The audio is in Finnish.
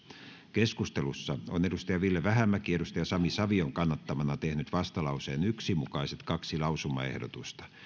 keskustelussa on ville vähämäki sami savion kannattamana tehnyt vastalauseen yksi mukaiset kaksi lausumaehdotusta